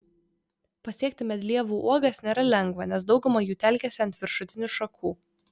pasiekti medlievų uogas nėra lengva nes dauguma jų telkiasi ant viršutinių šakų